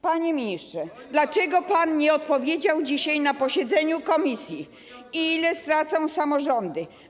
Panie ministrze, dlaczego pan nie powiedział dzisiaj na posiedzeniu komisji, ile stracą samorządy?